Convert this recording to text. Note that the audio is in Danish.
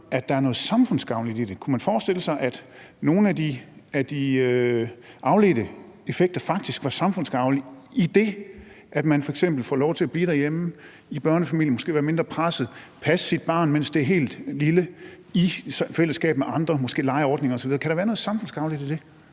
at betale dem til en daginstitution? Kunne man forestille sig, at nogle af de afledte effekter faktisk var samfundsgavnlige, idet at man f.eks. fik lov til at blive derhjemme i børnefamilien og måske være mindre presset og passe sit barn, mens det er helt lille, i fællesskab med andre, måske legeordninger osv.? Kan der være noget samfundsgavnligt i det?